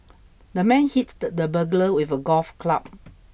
the man hit the burglar with a golf club